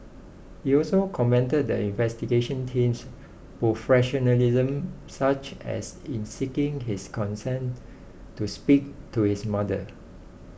he also commended the investigation team's professionalism such as in seeking his consent to speak to his mother